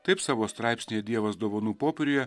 taip savo straipsnyje dievas dovanų popieriuje